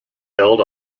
held